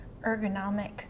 ergonomic